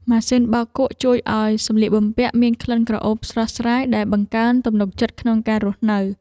ម៉ាស៊ីនបោកគក់ជួយឱ្យសម្លៀកបំពាក់មានក្លិនក្រអូបស្រស់ស្រាយដែលបង្កើនទំនុកចិត្តក្នុងការរស់នៅ។